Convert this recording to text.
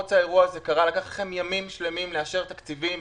שפרוץ האירוע הזה קרה לקח לכם ימים שלמים לאשר תקציבים